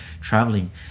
traveling